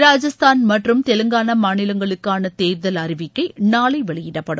ராஜஸ்தான் மற்றும் தெலங்கானா மாநிலங்களுக்கான தேர்தல் அறிவிக்கை நாளை வெளியிடப்படும்